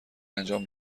انجام